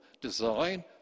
design